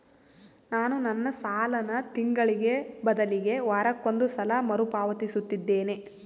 ನಾನು ನನ್ನ ಸಾಲನ ತಿಂಗಳಿಗೆ ಬದಲಿಗೆ ವಾರಕ್ಕೊಂದು ಸಲ ಮರುಪಾವತಿಸುತ್ತಿದ್ದೇನೆ